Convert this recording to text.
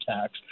tax